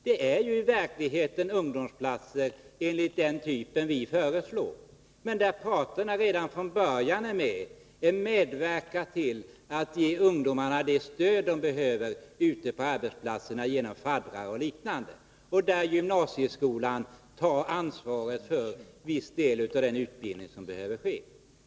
Det är ju i verkligheten ungdomsplatser enligt den typ vi föreslår. Men där är parterna med redan från början och medverkar till att ge ungdomarna det stöd de behöver ute på arbetsplatserna, genom faddrar och liknande, och gymnasieskolan tar ansvaret för viss del av den utbildning som behövs.